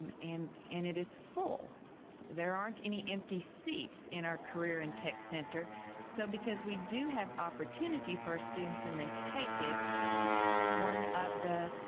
um and and it is full there aren't any empty seats in our career and tech center so because we do have opportunity for our students and they take it one of the